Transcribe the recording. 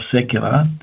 secular